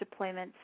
deployments